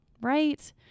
right